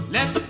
Let